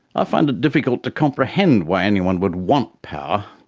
i find it difficult to comprehend why anyone would want power.